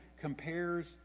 compares